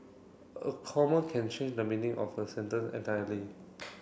a comma can change the meaning of a sentence entirely